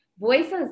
voices